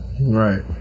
right